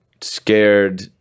scared